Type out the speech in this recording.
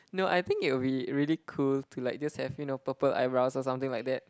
no I think it'll be really cool to like just have you know purple eyebrows or something like that